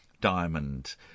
diamond